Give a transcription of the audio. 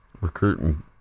recruiting